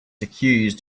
accused